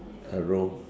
along